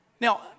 Now